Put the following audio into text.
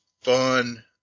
fun